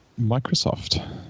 Microsoft